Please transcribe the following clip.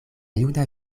juna